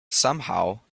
somehow